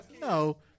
no